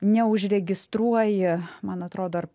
neužregistruoji man atrodo ar